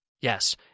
Yes